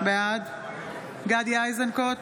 בעד גדי איזנקוט,